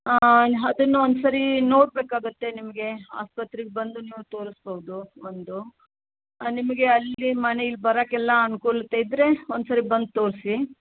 ಅದನ್ನ ಒಂದ್ಸಾರಿ ನೋಡಬೇಕಾಗುತ್ತೆ ನಿಮಗೆ ಆಸ್ಪತ್ರೆಗೆ ಬಂದು ನೀವು ತೋರಿಸ್ಬೌದು ಒಂದು ನಿಮಗೆ ಅಲ್ಲಿ ಮನೆಗೆ ಬರೋಕ್ಕೆಲ್ಲ ಅನುಕೂಲ್ತೆ ಇದ್ದರೆ ಒಂದ್ಸಾರಿ ಬಂದು ತೋರಿಸಿ